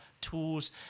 tools